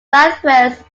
southwest